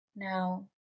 Now